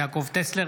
אינו נוכח יעקב טסלר,